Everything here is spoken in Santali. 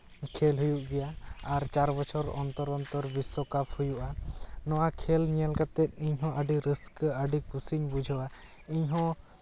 ᱠᱷᱮᱞ ᱦᱩᱭᱩᱜ ᱜᱮᱭᱟ ᱟᱨ ᱪᱟᱨ ᱵᱚᱪᱷᱚᱨ ᱚᱱᱛᱚᱨ ᱚᱱᱛᱚᱨ ᱵᱤᱥᱥᱚᱠᱟᱯ ᱦᱩᱭᱩᱜᱼᱟ ᱱᱚᱣᱟ ᱠᱷᱮᱞ ᱧᱮᱞ ᱠᱟᱛᱮ ᱤᱧ ᱦᱚᱸ ᱟᱹᱰᱤ ᱨᱟᱹᱥᱠᱟᱹ ᱟᱹᱰᱤ ᱠᱩᱥᱤᱧ ᱵᱩᱡᱷᱟᱹᱣᱟ ᱤᱧ ᱦᱚᱸ